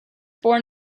born